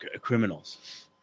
criminals